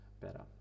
better